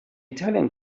italian